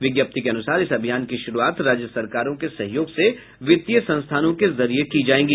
विज्ञप्ति के अनुसार इस अभियान की शुरूआत राज्य सरकारों के सहयोग से वित्तीय संस्थानों के जरिये की जाएगी